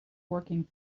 working